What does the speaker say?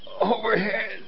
overhead